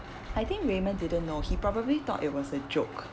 I think raymond didn't know he probably thought it was a joke